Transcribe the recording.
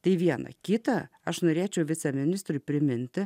tai viena kita aš norėčiau viceministrui priminti